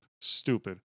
Stupid